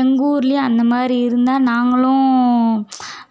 எங்கள் ஊர்லேயும் அந்தமாதிரி இருந்தால் நாங்களும்